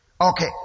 Okay